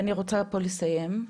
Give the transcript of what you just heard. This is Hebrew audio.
ואני רוצה פה לסיים,